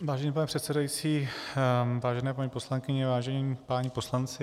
Vážený pane předsedající, vážené paní poslankyně, vážení páni poslanci.